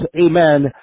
amen